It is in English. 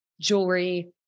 jewelry